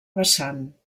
vessant